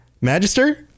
magister